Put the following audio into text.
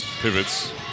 Pivots